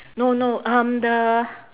no no no um the